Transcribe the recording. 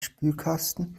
spülkasten